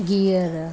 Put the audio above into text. गिहर